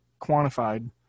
quantified